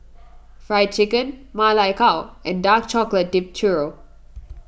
Fried Chicken Ma Lai Gao and Dark Chocolate Dipped Churro